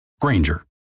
Granger